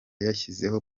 yashyizeho